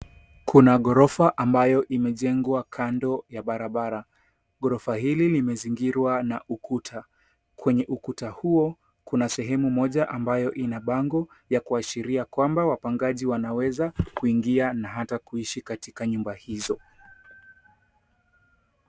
Kuna ghorofa ambayo imejengwa kando ya barabara. Ghorofa hili limezingirwa na ukuta. Kwenye ukuta huo kuna sehemu moja ambayo ina bango kuashiria kwamba wapangaji wanaweza kuingia na hata kuishi katika nyumba hizo.